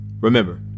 Remember